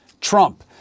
Trump